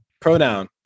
pronoun